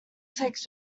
takes